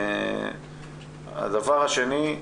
הדבר השני,